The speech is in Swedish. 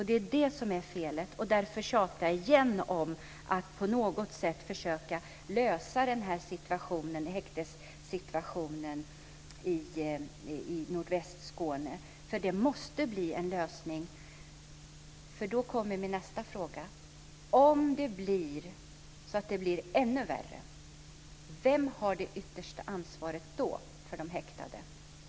Det är det som är felet, och därför tjatar jag igen om att på något sätt försöka lösa problemet med den här häktessituationen i Nordvästskåne, för det måste bli en lösning. Då kommer min nästa fråga: Om det blir ännu värre, vem har yttersta ansvaret då för de häktade?